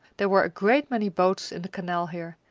there were a great many boats in the canal here,